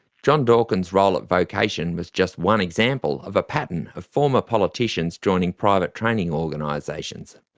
john dawkins' role at vocation was just one example of a pattern of former politicians joining private training organisations,